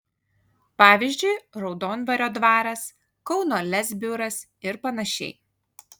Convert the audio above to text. pavyzdžiui raudondvario dvaras kauno lez biuras ir panašiai